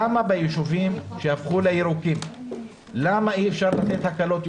למה בישובים שהפכו לירוקים אי אפשר לתת יותר הקלות.